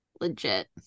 legit